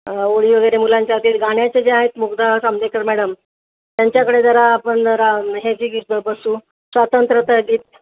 ओळी वगैरे मुलांच्या होतील गाण्याचे जे आहेत मुग्धा सामदेकर मॅडम त्यांच्याकडे जरा आपण रा हेची गीतं बसवू स्वतंत्रता गीत